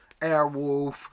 Airwolf